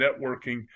networking